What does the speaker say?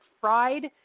fried